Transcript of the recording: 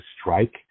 strike